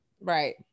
Right